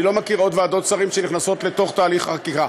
אני לא מכיר עוד ועדות שרים שנכנסות לתוך תהליך החקיקה.